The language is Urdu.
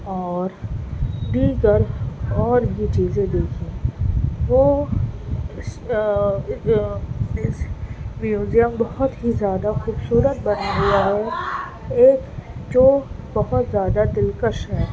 اور دیگر اور بھی چیزیں دیکھی وہ اس میوزیم بہت ہی زیادہ خوبصورت بنا ہوا ہے ایک جو بہت زیادہ دلکش ہے